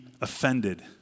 offended